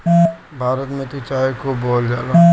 भारत में त चाय खूब बोअल जाला